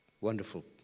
wonderful